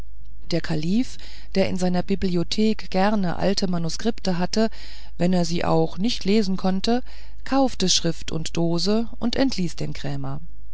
der kalif der in seiner bibliothek gerne alte manuskripte hatte wenn er sie auch nicht lesen konnte kaufte schrift und dose und entließ den krämer